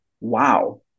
wow